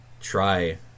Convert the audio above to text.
Try